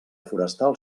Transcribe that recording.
forestal